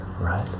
right